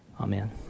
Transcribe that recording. Amen